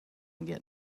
get